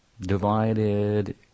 divided